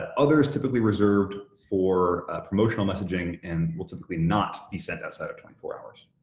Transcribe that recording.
ah other is typically reserved for promotional messaging and will typically not be sent outside of twenty four hours.